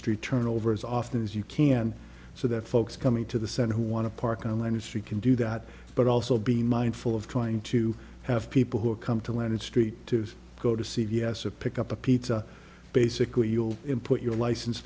street turn over as often as you can so that folks coming to the center who want to park on line history can do that but also be mindful of trying to have people who come to let it street to go to c v s a pick up a pizza basically you'll input your license